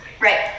Right